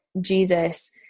Jesus